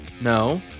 No